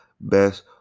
Best